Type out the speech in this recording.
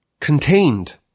Contained